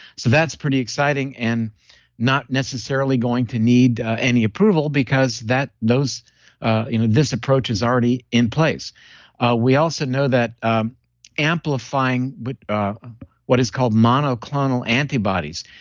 so that's pretty exciting and not necessarily going to need any approval because that ah you know this approach is already in place we also know that um amplifying what what is called monoclonal antibodies,